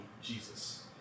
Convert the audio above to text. Jesus